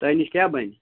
تۄہہِ نِش کیٛاہ بَنہِ